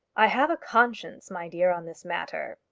i have a conscience, my dear, on this matter,